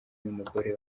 n’umugore